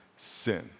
Sin